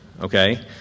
okay